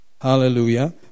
Hallelujah